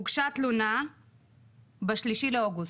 הוגשה תלונה ב-3 לאוגוסט.